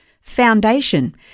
foundation